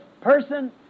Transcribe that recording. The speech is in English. person